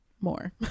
more